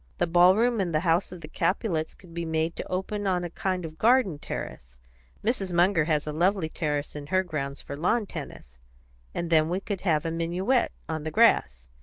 the ballroom in the house of the capulets could be made to open on a kind of garden terrace mrs. munger has a lovely terrace in her grounds for lawn-tennis and then we could have a minuet on the grass.